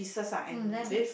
mm very big